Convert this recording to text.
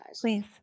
Please